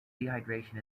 dehydration